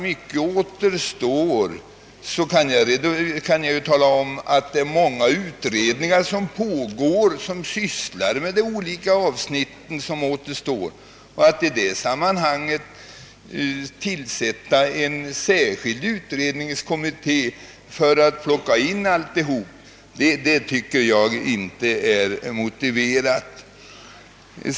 Mycket återstår, och många utredningar pågår som arbetar med återstående avsnitt, men att tillsätta en särskild utredningskommitté för att i den plocka in hela materialet tycker jag inte är motiverat.